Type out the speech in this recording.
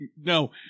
No